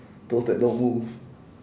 those that don't move